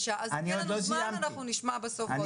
תן לנו זמן ואנחנו נשמע בסוף.